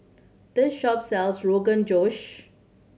this shop sells Rogan Josh